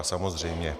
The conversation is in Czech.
Samozřejmě.